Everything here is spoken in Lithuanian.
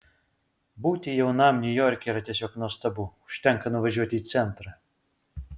būti jaunam niujorke yra tiesiog nuostabu užtenka nuvažiuoti į centrą